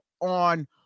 on